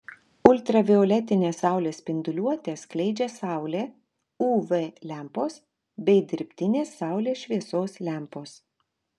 ultravioletinę saulės spinduliuotę skleidžia saulė uv lempos bei dirbtinės saulės šviesos lempos